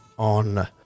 on